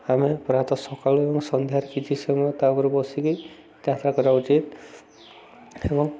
ଆମେ ପ୍ରାୟତଃ ସକାଳୁ ଏବଂ ସନ୍ଧ୍ୟାରେ କିଛି ସମୟ ତା ଉପରୁ ବସିକି ଯାତ୍ରା କରା ହଉଛି ଏବଂ